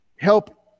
Help